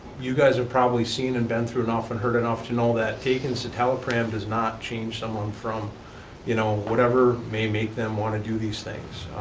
you guys have probably seen and been through enough and heard enough to know that taking citalopram does not change someone from you know whatever may make them want to do these things.